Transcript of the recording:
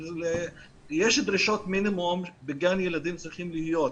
יש דרישות מינימום שבגן ילדים צריכים להיות.